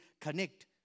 connect